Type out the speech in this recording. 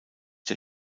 der